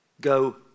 Go